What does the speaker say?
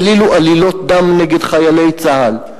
העלילו עלילות דם נגד חיילי צה"ל.